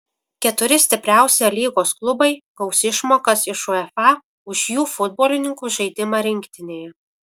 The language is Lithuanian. keturi stipriausi a lygos klubai gaus išmokas iš uefa už jų futbolininkų žaidimą rinktinėje